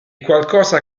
qualcosa